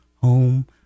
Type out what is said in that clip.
home